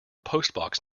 postbox